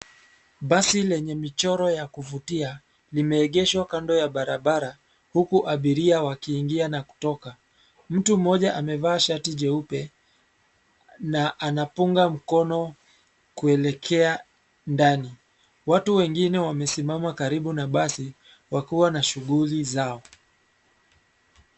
Basi lenye michoro ya kuvutia limeegeshwa kando ya barabara huku abiria wakiingia na kutoka. Mtu mmoja amevaa shati jeupe na anapunga mkono kuelekea ndani. Watu wengine wamesimama karibu na basi wakiwa na shughuli zao.